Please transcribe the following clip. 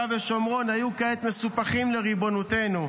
ושומרון היו כעת מסופחים לריבונותנו.